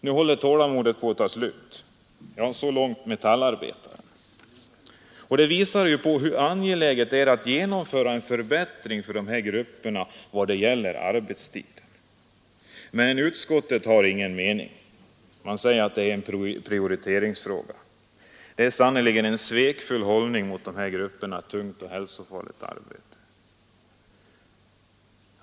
Nu håller tålamodet på att ta slut.” Detta visar hur angeläget det är att genomföra en förbättring för dessa grupper i fråga om arbetstiden. Utskottet har ingen mening. Man säger att detta är en prioriteringsfråga. Det är sannerligen en svekfull hållning mot dessa grupper med tungt och hälsofarligt arbete.